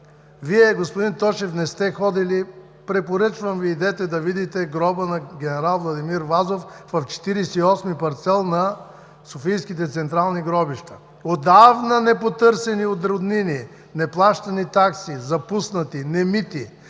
Вие, господин Тошев, не сте ходили, препоръчвам Ви, идете да видите гроба на ген. Владимир Вазов в 48-ми парцел на Софийските централни гробища – отдавна непотърсени от родини, неплащани такси, запуснати, немити.